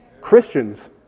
Christians